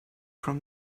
from